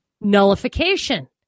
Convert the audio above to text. nullification